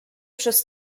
przez